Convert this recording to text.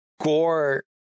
gore